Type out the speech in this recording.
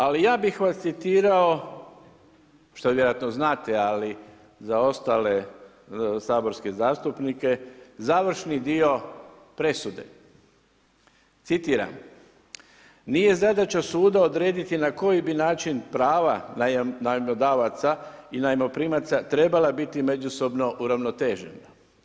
Ali, ja bih vas citirao, što vi vjerojatno znate, ali za ostale saborske zastupnike, završni dio presude, citiram, nije zadaća suda odrediti na koji bi način, prava, najmodavaca i najmoprimaca trebala biti međusobno uravnotežena.